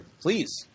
Please